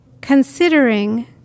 considering